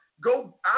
go